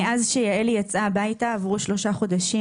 מאז שיעלי יצאה הביתה עברו שלושה חודשים.